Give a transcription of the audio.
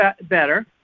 better